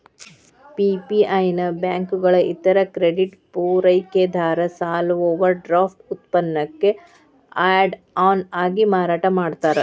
PPI ನ ಬ್ಯಾಂಕುಗಳ ಇತರ ಕ್ರೆಡಿಟ್ ಪೂರೈಕೆದಾರ ಸಾಲ ಓವರ್ಡ್ರಾಫ್ಟ್ ಉತ್ಪನ್ನಕ್ಕ ಆಡ್ ಆನ್ ಆಗಿ ಮಾರಾಟ ಮಾಡ್ತಾರ